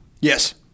Yes